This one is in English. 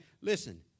Listen